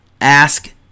ask